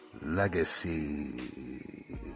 Legacy